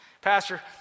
Pastor